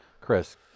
Chris